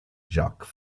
jacques